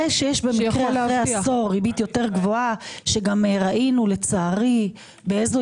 זה שיש אחרי עשור ריבית יותר גבוהה שגם ראינו לצערי באיזו